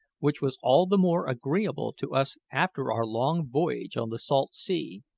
which was all the more agreeable to us after our long voyage on the salt sea.